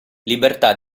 libertà